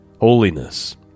Holiness